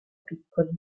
piccoli